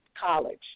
college